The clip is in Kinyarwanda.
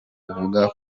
uvuga